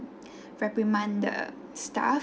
reprimand the staff